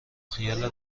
خیال